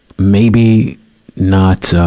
maybe not, so